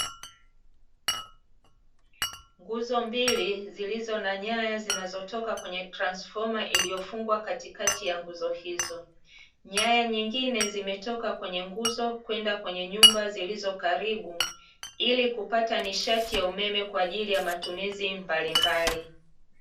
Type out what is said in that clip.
Nguzo mbili zilizo na nyaya zinazotoka kwenye transifoma iliyofungwa katikati ya nguzo hizo. Nyaya nyingine zimetoka kwenye nguzo kwenda kwenye nyumba zilizo karibu, ili kupata nishati ya umeme kwa ajili ya matumizi mbalimbali.